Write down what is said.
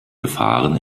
gefahren